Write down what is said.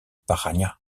paraná